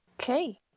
Okay